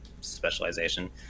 specialization